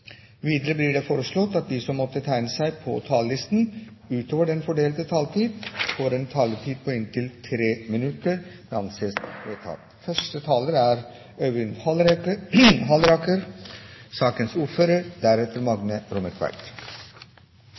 Videre blir det foreslått at de som måtte tegne seg på talerlisten utover den fordelte taletid, får en taletid på inntil 3 minutter. – Det anses vedtatt. Elektronisk kommunikasjon er